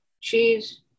cheese